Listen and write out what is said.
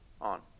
on